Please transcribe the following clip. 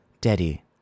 Daddy